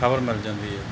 ਖਬਰ ਮਿਲ ਜਾਂਦੀ ਆ